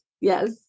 Yes